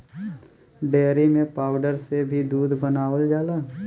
dairy में powder से भी दूध बनावल जाला